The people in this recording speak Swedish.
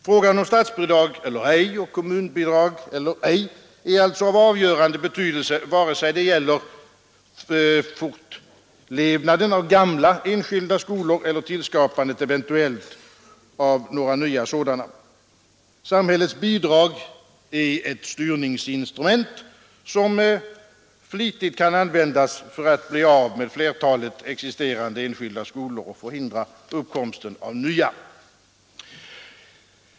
Frågan om statsbidrag eller ej och kommunbidrag eller ej är alltså av avgörande betydelse vare sig det gäller fortlevnaden av gamla enskilda skolor eller eventuellt tillskapande av några nya sådana. Samhällets bidrag är ett styrningsinstrument, som flitigt kan användas för att bli av med flertalet existerande enskilda skolor och hindra uppkomsten av nya.